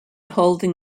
holding